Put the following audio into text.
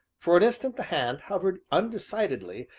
for an instant the hand hovered undecidedly,